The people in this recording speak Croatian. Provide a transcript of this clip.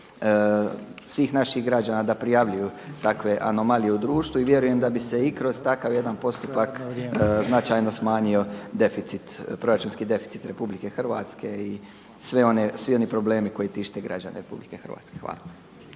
svih naših građana da prijavljuju takve anomalije u društvu i vjerujem da bi se i kroz takav jedan postupak značajno smanjio deficit, proračunski deficit RH i svi oni problemi koji tište građane RH. Hvala.